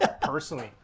Personally